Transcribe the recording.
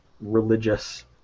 religious